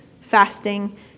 fasting